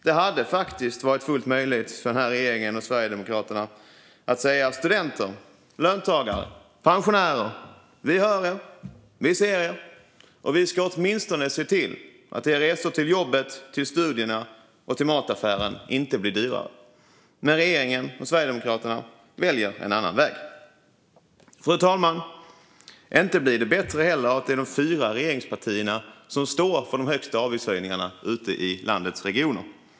Det hade faktiskt varit fullt möjligt för regeringen och Sverigedemokraterna att säga "Studenter, löntagare och pensionärer - vi hör och ser er, och vi ska åtminstone se till att era resor till jobbet, studierna och mataffären inte blir dyrare!". Men regeringen och Sverigedemokraterna väljer en annan väg. Fru talman! Inte blir det bättre av att det är de fyra regeringspartierna som står för de högsta avgiftshöjningarna ute i landets regioner.